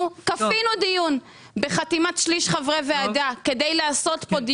שכשכפינו פה דיון בחתימת שליש מחברי הוועדה על ההשלכות